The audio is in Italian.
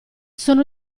sono